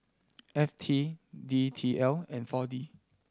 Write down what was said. F T D T L and Four D